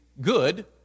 good